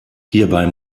hierbei